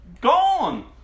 gone